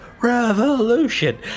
Revolution